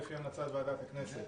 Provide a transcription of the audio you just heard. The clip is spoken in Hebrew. לפי המלצת ועדת הכנסת.